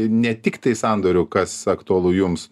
ne tiktai sandorių kas aktualu jums